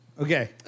Okay